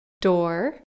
door